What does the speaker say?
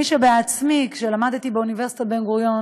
אני עצמי, כשלמדתי באוניברסיטת בן-גוריון